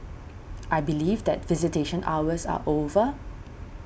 I believe that visitation hours are over